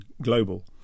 global